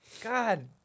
God